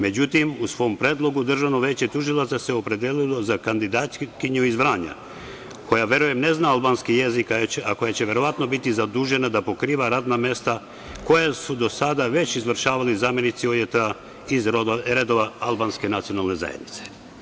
Međutim, u svom predlogu Državno veće tužilaca se opredelilo za kandidatkinju iz Vranja, koja verujem ne zna albanski jezik, a koja će verovatno biti zadužena da pokriva radna mesta koja su do sada već izvršavali zamenici OJT-a iz redova albanske nacionalne zajednice.